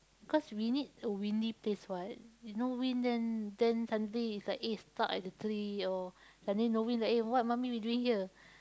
cause we need a windy place what if no wind then then suddenly it's like eh stucked at the tree or suddenly no wind like eh what mummy we doing here